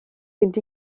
fynd